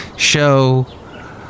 Show